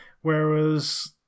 whereas